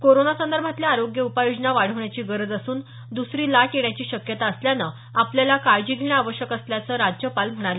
कोरोनासंदर्भातल्या आरोग्य उपाययोजना वाढवण्याची गरज असून द्सरी लाट येण्याची शक्यता असल्यानं आपल्याला काळजी घेणं आवश्यक असल्याचं राज्यपाल म्हणाले